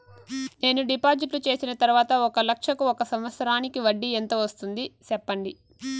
నేను డిపాజిట్లు చేసిన తర్వాత ఒక లక్ష కు ఒక సంవత్సరానికి వడ్డీ ఎంత వస్తుంది? సెప్పండి?